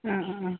ആ ആ ആ